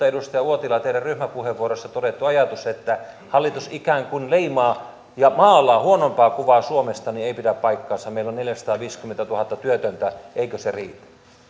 edustaja uotila teidän ryhmäpuheenvuorossanne todettu ajatus että hallitus ikään kuin leimaa ja maalaa huonompaa kuvaa suomesta ei pidä paikkaansa meillä on neljäsataaviisikymmentätuhatta työtöntä eikö se riitä